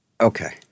Okay